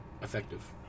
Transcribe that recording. effective